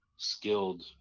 skilled